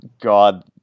God